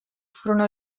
furono